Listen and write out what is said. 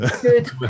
good